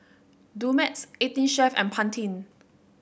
Dumex Eighteen Chef and Pantene